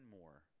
more